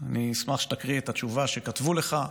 אני אשמח שתקריא את התשובה שכתבו לך,